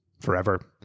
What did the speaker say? forever